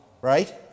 Right